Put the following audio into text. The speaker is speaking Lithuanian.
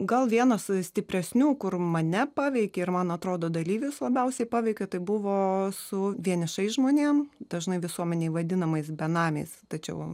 gal vienas stipresnių kur mane paveikė ir man atrodo dalyvius labiausiai paveikė tai buvo su vienišais žmonėm dažnai visuomenėj vadinamais benamiais tačiau